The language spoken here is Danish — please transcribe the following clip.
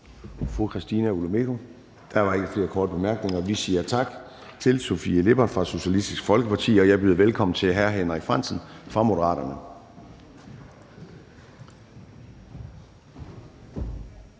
Fru Christina Olumeko? Nej. Så er der ikke flere korte bemærkninger. Vi siger tak til fru Sofie Lippert fra Socialistisk Folkeparti, og jeg byder velkommen til hr. Henrik Frandsen fra Moderaterne.